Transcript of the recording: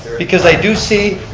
because i do see.